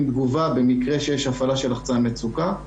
תגובה במקרה שיש הפעלה של לחצן מצוקה.